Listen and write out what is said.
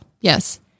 Yes